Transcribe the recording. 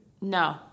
No